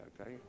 okay